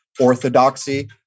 orthodoxy